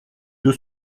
deux